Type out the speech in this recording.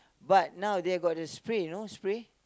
but nowaday I got the spray you know spray